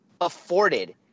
Afforded